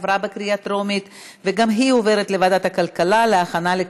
שנומקה על ידי